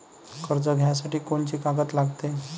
कर्ज घ्यासाठी कोनची कागद लागते?